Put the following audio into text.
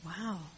Wow